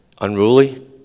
unruly